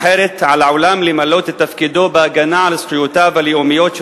אחרת על העולם למלא את תפקידו בהגנה על זכויותיו הלאומיות של